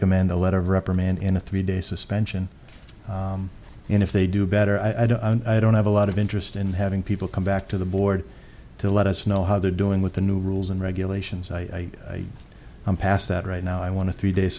command a letter of reprimand in a three day suspension and if they do better i don't i don't have a lot of interest in having people come back to the board to let us know how they're doing with the new rules and regulations i i'm past that right now i want to three day